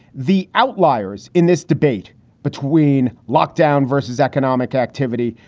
the outliers in this debate between lockdown versus economic activity.